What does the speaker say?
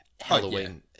Halloween